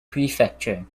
prefecture